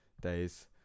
days